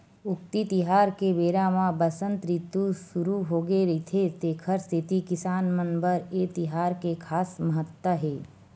उक्ती तिहार के बेरा म बसंत रितु सुरू होगे रहिथे तेखर सेती किसान मन बर ए तिहार के खास महत्ता हे